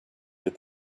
that